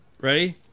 Ready